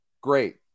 Great